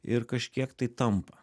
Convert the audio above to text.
ir kažkiek tai tampa